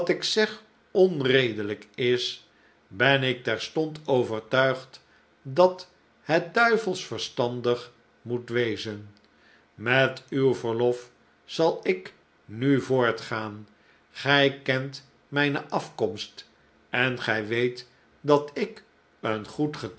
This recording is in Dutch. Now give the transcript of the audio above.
zeg onredelijk is ben ik terstond overtuigd dat het duivelsch verstandig moet wezen met uw verlof zal ik nu voortgaan gij kent mijne afkomst en gij weet dat ik een goed